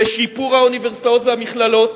בשיפור האוניברסיטאות והמכללות,